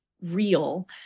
real